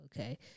okay